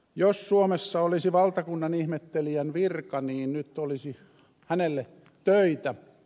jos suomessa olisi valtakunnanihmettelijän virka niin nyt olisi hänelle töitä